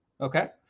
Okay